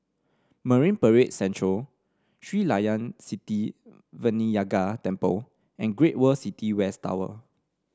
Marine Parade Central Sri Layan Sithi Vinayagar Temple and Great World City West Tower